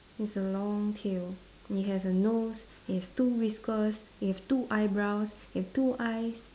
with a long tail it has a nose it has two whiskers it has two eyebrows it has two eyes